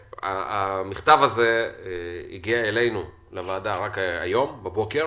המכתב הזה הגיע אלינו, לוועדה, רק היום בבוקר.